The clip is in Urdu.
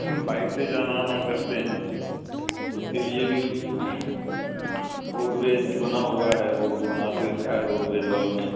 بائک سے جانا آنا کرتے ہیں اس کے لیے بھی روڈ ویج بنا ہوا ہے روڈ بنا دے رکھا ہے روڈ ویج والوں نے